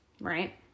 right